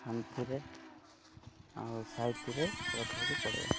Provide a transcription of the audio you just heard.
ଶାନ୍ତିରେ ଆଉ ସାହିତିରେ ରଖିବାକୁ ପଡ଼ିବ